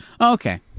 Okay